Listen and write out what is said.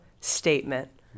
statement